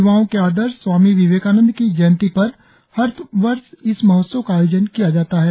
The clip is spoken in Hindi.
य्वाओं के आदर्श स्वामी विवेकानंद की जयंती पर हर वर्ष इस महोत्सव का आयोजन किया जाता है